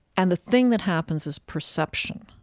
and the thing that happens is perception,